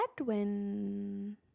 Edwin